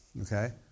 Okay